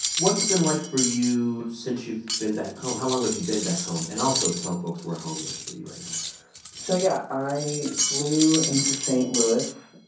what's it been like for you since you've been back home? how long have you been back home? and also, tell folks where home is for you right now so yeah, i flew into st. louis,